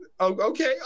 Okay